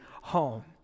home